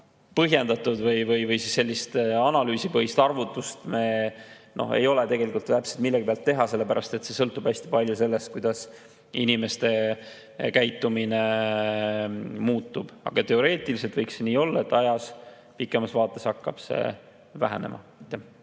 põhjendatud või analüüsipõhist arvutust ei ole millegi pealt teha, sellepärast et see sõltub hästi palju sellest, kuidas inimeste käitumine muutub, aga teoreetiliselt võiks see olla nii, et pikemas vaates hakkab see vähenema.